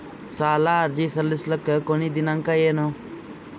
ಸಾಲ ಅರ್ಜಿ ಸಲ್ಲಿಸಲಿಕ ಕೊನಿ ದಿನಾಂಕ ಏನು?